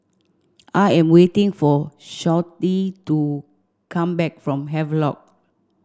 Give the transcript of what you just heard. I am waiting for Shawnte to come back from Havelock